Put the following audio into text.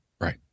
Right